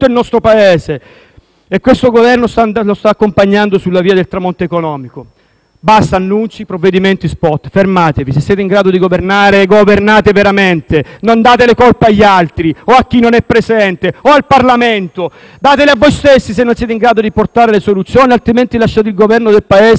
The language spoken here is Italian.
Basta provvedimenti *spot*: fermatevi. Se siete in grado di governare, governate veramente, non date le colpe agli altri o a chi non è presente o al Parlamento! Datele a voi stessi se non siete in grado di portare le soluzioni, altrimenti lasciate il governo del Paese a chi lo sa gestire e soprattutto a chi è in grado di far sognare italiani con riforme vere, degne della nostra democrazia.